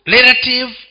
Relative